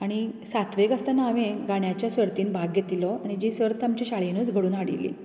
आनी सातवेक आसतना हांवेन गाण्याच्या सर्तींत भाग घेतिल्लो आनी जी सर्त आमचे शाळेनूच घडून हाडिल्ली